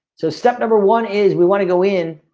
so step number one. is we wanna go in